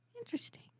Interesting